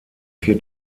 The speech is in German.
vier